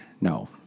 No